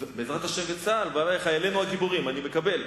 בעזרת השם וצה"ל, חיילינו הגיבורים, אני מקבל.